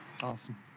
Awesome